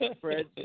Fred